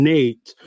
Nate